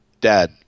dad